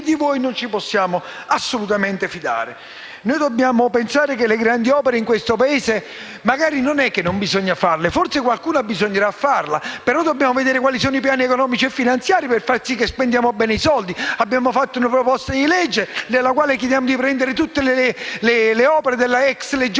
di voi non ci possiamo assolutamente fidare. Non dobbiamo pensare che le grandi opere in questo Paese non bisogna assolutamente farle; forse qualcuna bisognerà farla, però dobbiamo vedere quali sono i piani economici e finanziari per far sì che si spendano bene i soldi. Abbiamo presentato una proposta di legge, nella quale chiediamo di prendere tutte le opere della ex legge